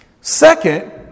Second